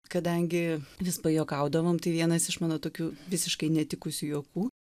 kadangi vis pajuokaudavom tai vienas iš mano tokių visiškai netikusių juokų